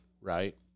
right